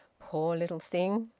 poor little thing!